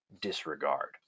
disregard